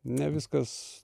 ne viskas